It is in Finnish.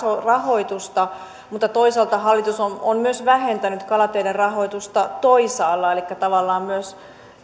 rahoitusta mutta toisaalta hallitus on on myös vähentänyt kalateiden rahoitusta toisaalla elikkä tavallaan myös